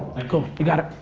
cool, you got it.